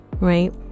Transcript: Right